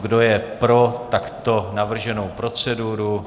Kdo je pro takto navrženou proceduru?